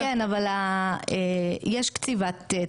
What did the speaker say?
לנשיא יש כן, אבל יש קציבת תקופה.